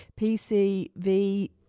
PCV